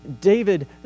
David